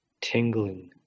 tingling